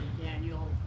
Daniel